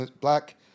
Black